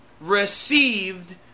received